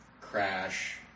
crash